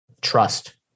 trust